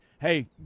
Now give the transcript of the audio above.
Hey